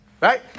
right